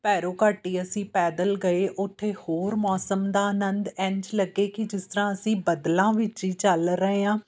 ਭੈਰੋ ਘਾਟੀ ਅਸੀਂ ਪੈਦਲ ਗਏ ਉੱਥੇ ਹੋਰ ਮੌਸਮ ਦਾ ਆਨੰਦ ਇੰਝ ਲੱਗੇ ਕਿ ਜਿਸ ਤਰ੍ਹਾਂ ਅਸੀਂ ਬੱਦਲਾਂ ਵਿੱਚ ਹੀ ਚੱਲ ਰਹੇ ਹਾਂ